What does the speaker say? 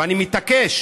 ואני מתעקש